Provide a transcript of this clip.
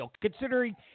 Considering